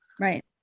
Right